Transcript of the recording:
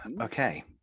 Okay